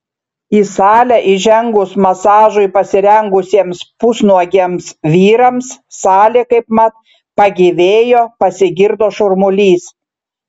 į salę įžengus masažui pasirengusiems pusnuogiams vyrams salė kaipmat pagyvėjo pasigirdo šurmulys